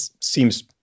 seems